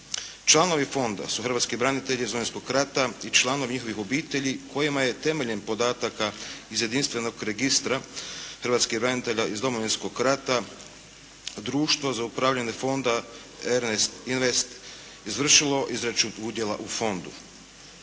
Članovi fonda su hrvatski branitelji iz Domovinskog rata i članovi njihovih obitelji kojima je temeljem podataka iz jedinstvenog registra hrvatskih branitelja iz Domovinskog rata Društvo za upravljanje fonda Ernest invest izvršilo izračun udjela u fondu.